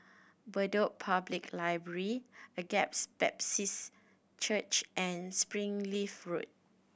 Bedok Public Library Agape's Baptist Church and Springleaf Road